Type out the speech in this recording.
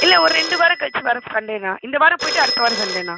இல்லை ஒரு ரெண்டு வாரம் கழித்து வர்ற சண்டேண்ணா இந்தவாரம் போய்விட்டு அடுத்தவாரம் சண்டேண்ணா